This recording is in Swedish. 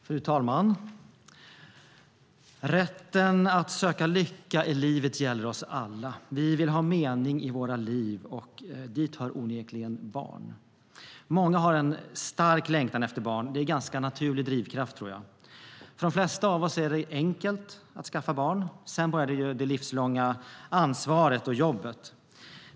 Fru talman! Rätten att söka lycka i livet gäller oss alla. Vi vill ha mening i våra liv, och dit hör onekligen barn. Många har en stark längtan efter barn - det är en ganska naturlig drivkraft. För de flesta av oss är det enkelt att skaffa barn, och sedan börjar det livslånga ansvaret och jobbet.